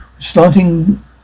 Starting